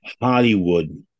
Hollywood